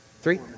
Three